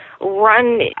run